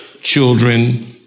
children